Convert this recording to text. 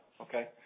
okay